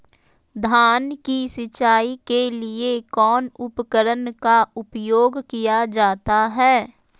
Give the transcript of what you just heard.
धान की सिंचाई के लिए कौन उपकरण का उपयोग किया जाता है?